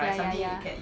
ya ya ya